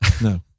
No